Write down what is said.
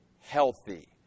Healthy